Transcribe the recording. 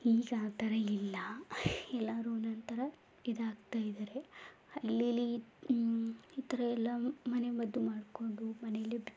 ಈಗ ಆ ಥರ ಇಲ್ಲ ಎಲ್ಲರೂ ಒಂದೊಂದು ಥರ ಇದಾಗ್ತಾಯಿದ್ದಾರೆ ಅಲ್ಲಿ ಇಲ್ಲಿ ಈ ಥರಯೆಲ್ಲ ಮನೆಮದ್ದು ಮಾಡಿಕೊಂಡು ಮನೆಯಲ್ಲಿಯೇ ಬಿತ್ತಿಕೊಂಡು